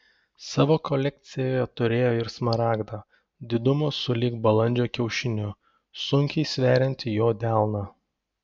savo kolekcijoje turėjo ir smaragdą didumo sulig balandžio kiaušiniu sunkiai sveriantį jo delną